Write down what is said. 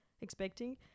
expecting